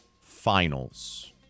finals